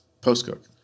post-cook